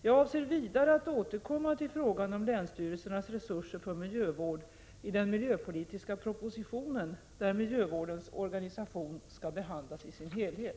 Jag avser vidare att återkomma till frågan om länsstyrelsernas resurser för miljövård i den miljöpolitiska propositionen, där miljövårdens organisation skall behandlas i sin helhet.